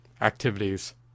activities